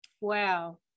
Wow